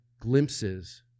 glimpses